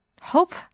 hope